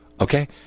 okay